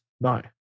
no